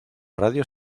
radio